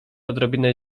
odrobinę